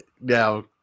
now